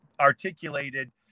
articulated